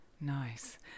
nice